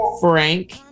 Frank